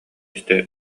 истэ